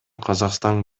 казакстан